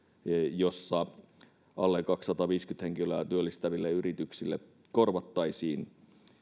missä alle kaksisataaviisikymmentä henkilöä työllistäville yrityksille korvattaisiin